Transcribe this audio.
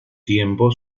tiempo